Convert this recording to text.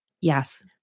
Yes